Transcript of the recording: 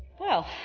well,